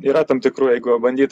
yra tam tikrų jeigu jau bandyt